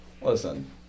Listen